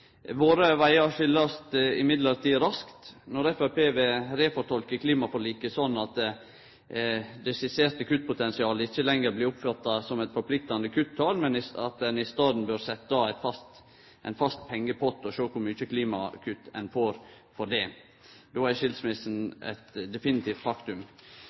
Våre vegar skilst likevel raskt, når Framstegspartiet vil refortolke klimaforliket slik at det skisserte kuttpotensialet ikkje lenger blir oppfatta som eit forpliktande kuttal, men at ein i staden bør setje av ein fast pengepott og sjå kor mykje klimakutt ein får for det. Då er skilsmissa definitivt eit faktum.